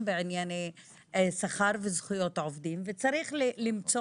בענייני שכר וזכויות עובדים וצריך למצוא